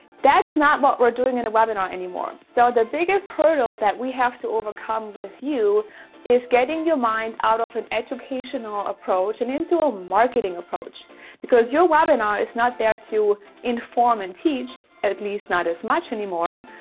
that's not what we're doing in a webinar anymore. so the biggest hurdle that we have to overcome with you is getting your mind out of an educational approach and into a marketing approach because your webinar is not there to inform and teach at least not as much anymore,